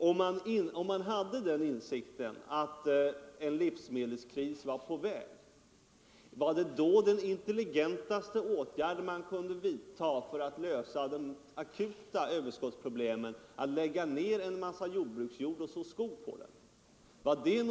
Om man hade den insikten att en livsmedelskris var på väg, var det då den intelligentaste åtgärd man kunde vidta för att lösa de akuta överskottsproblemen att lägga ner en massa jordbruksjord och plantera skog på den?